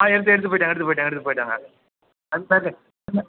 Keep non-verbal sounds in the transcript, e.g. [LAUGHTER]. ஆ எடுத்து எடுத்துட்டு போய்விட்டேன் எடுத்துட்டு போய்விட்டேன் எடுத்துட்டு போய்விட்டேங்க [UNINTELLIGIBLE]